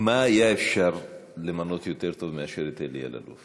את מי היה יותר טוב למנות מאשר את אלי אלאלוף?